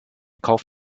kauf